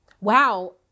wow